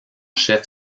chef